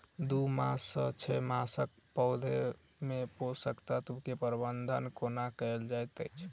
दू मास सँ छै मासक पौधा मे पोसक तत्त्व केँ प्रबंधन कोना कएल जाइत अछि?